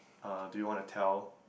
uh do you want to tell